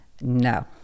No